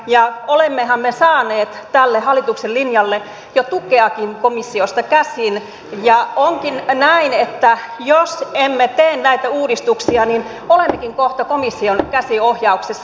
ja olemmehan me saaneet tälle hallituksen linjalle jo tukeakin komissiosta käsin ja onkin näin että jos emme tee näitä uudistuksia olemmekin kohta komission käsiohjauksessa